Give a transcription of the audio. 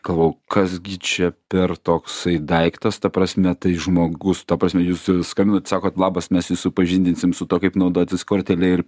galvojau kas gi čia per toksai daiktas ta prasme tai žmogus ta prasme jūs skambinat sakot labas mes jus supažindinsim su tuo kaip naudotis kortele ir